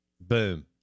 boom